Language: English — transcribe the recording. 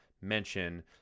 mention